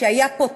שהיה פה תיאום.